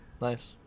Nice